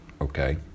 okay